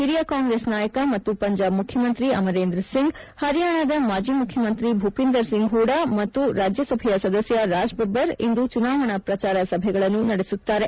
ಹಿರಿಯ ಕಾಂಗೆಸ್ ನಾಯಕ ಮತ್ತು ಪಂಜಾಬ್ ಮುಖ್ಯಮಂತಿ ಅಮರೇಂದರ್ ಸಿಂಗ್ ಹರಿಯಾಣದ ಮಾಜಿ ಮುಖ್ಯಮಂತ್ರಿ ಭೂಪಿಂದರ್ ಸಿಂಗ್ ಹೂದ ಮತ್ತು ರಾಜ್ಯ ಸಭೆಯ ಸದಸ್ಯ ರಾಜ್ ಬಬ್ಬರ್ ಇಂದು ಚುನಾವಣಾ ಪ್ರಚಾರ ಸಭೆಗಳನ್ನು ನಡೆಸುತ್ತಾರೆ